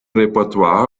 repertoire